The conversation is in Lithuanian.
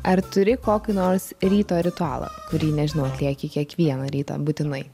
ar turi kokį nors ryto ritualą kurį nežinau atlieki kiekvieną rytą būtinai